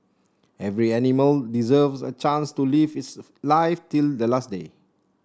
every animal deserves a chance to lives its life till the last day